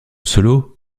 solo